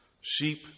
Sheep